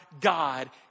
God